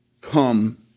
come